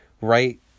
right